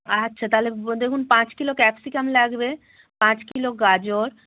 আচ্ছা তাহলে দেখুন পাঁচ কিলো ক্যাপসিকাম লাগবে পাঁচ কিলো গাজর